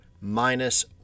minus